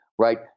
right